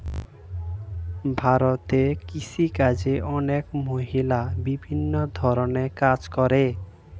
ভারতে কৃষিকাজে অনেক মহিলা বিভিন্ন ধরণের কাজ করে